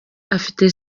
afite